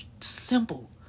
simple